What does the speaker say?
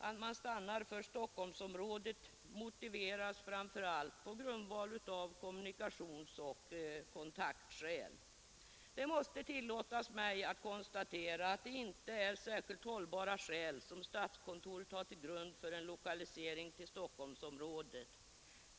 Att man stannar för Stockholmsområdet motiveras framför allt av kommunikationsoch kontaktskäl. Det måste tillåtas mig att konstatera att det inte är särskilt hållbara skäl som statskontoret har som grund för en lokalisering till Stockholmsområdet.